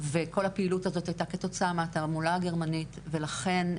וכל הפעילות הזאת הייתה כתוצאה מהתעמולה הגרמנית ולכן,